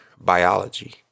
biology